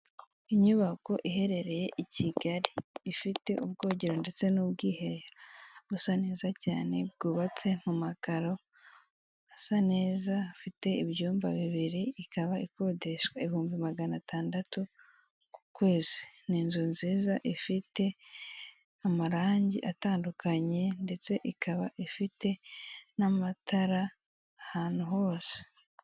Inyubako iherereye i Kigali, ifite ubwogero ndetse n'ubwiherero busa neza cyane bwubatse mu makaro asa neza, ifite ibyumba bibiri ikaba ikodeshewa ibihumbi magana atandatu ku kwezi, ni inzu nziza ifite amarangi atandukanye ndetse ikaba ifite n'amatara ahantu hose.